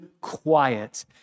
quiet